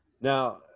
Now